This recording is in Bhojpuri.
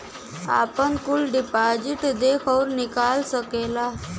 आपन कुल डिपाजिट देख अउर निकाल सकेला